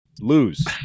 lose